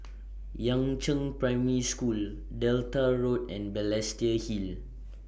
Yangzheng Primary School Delta Road and Balestier Hill